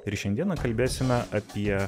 ir šiandiena kalbėsime apie